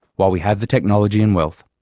while we have the technology and wealth,